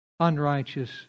Unrighteous